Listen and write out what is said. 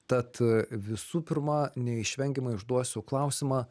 tad visų pirma neišvengiamai užduosiu klausimą